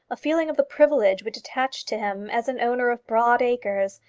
a feeling of the privilege which attached to him as an owner of broad acres,